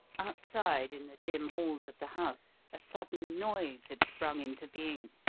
outside in the dim halls of the house a sudden noise had sprung into being,